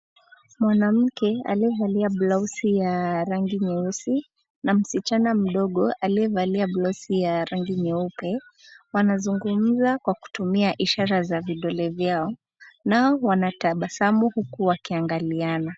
Mwanamke aliyevalia blausi ya rangi nyeusi .na msichana mdogo aliyevalia blausi ya rangi nyeupe, wanazungumza kwa kutumia ishara za vidole vyao, nao wanatabasamu huku wakiangaliana .